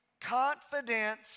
confidence